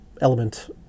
element